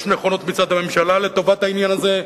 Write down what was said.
יש נכונות מצד הממשלה לטובת העניין הזה,